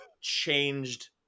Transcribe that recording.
changed